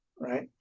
right